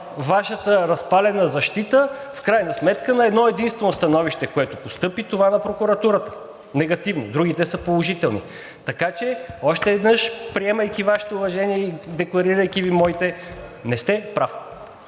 Вашата разпалена защита в крайна сметка е на едно-единствено негативно становище, което постъпи от прокуратурата, другите са положителни. Така че, още веднъж, приемайки Вашето уважение и декларирайки Ви моето, не сте прав.